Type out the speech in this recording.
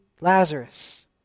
Lazarus